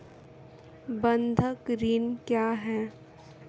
बंधक ऋण क्या है?